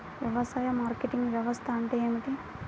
వ్యవసాయ మార్కెటింగ్ వ్యవస్థ అంటే ఏమిటి?